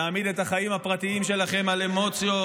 להעמיד את החיים הפרטיים שלכם על אמוציות,